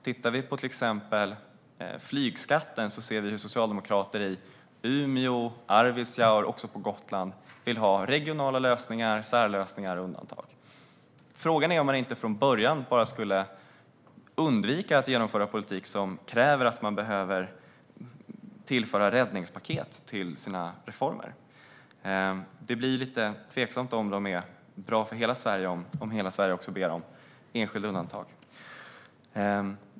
Tittar vi på till exempel flygskatten ser vi hur socialdemokrater i Umeå, i Arvidsjaur och på Gotland vill ha regionala lösningar, särlösningar och undantag. Frågan är om man inte bara skulle undvika att genomföra reformer som kräver att man tillför räddningspaket. Det blir lite tveksamt om det verkligen är bra för hela Sverige om hela Sverige också ber om enskilda undantag.